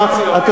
בעניין של כלא,